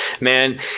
Man